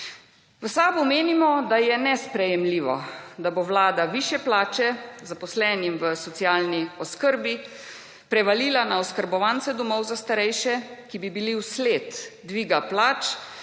V SAB menimo, da je nesprejemljivo, da bo Vlada višje plače zaposlenim v socialni oskrbi, prevalila na oskrbovance domov za starejše, ki bi bili v sled dviga plač